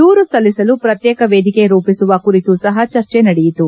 ದೂರು ಸಲ್ಲಿಸಲು ಪ್ರತ್ಯೇಕ ವೇದಿಕೆ ರೂಪಿಸುವ ಕುರಿತು ಸಹ ಚರ್ಚೆ ನಡೆಯಿತು